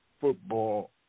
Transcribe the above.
football